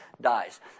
dies